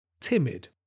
timid